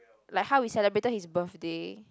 like how we celebrated his birthday